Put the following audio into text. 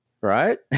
right